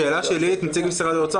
השאלה שלי לנציג משרד האוצר,